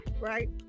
right